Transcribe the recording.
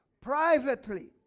privately